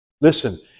Listen